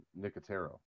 Nicotero